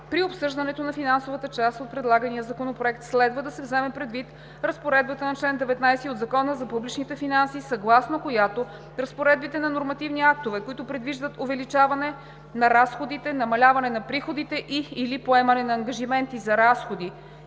При обсъждането на финансовата част от предлагания законопроект следва да се вземе предвид разпоредбата на чл. 19 от Закона за публичните финанси, съгласно която разпоредбите на нормативни актове, които предвиждат увеличаване на разходите, намаляване на приходите и/или поемане на ангажименти за